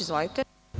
Izvolite.